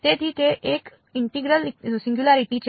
તેથી તે એક ઇન્ટિગરલ સિંગયુંલારીટી છે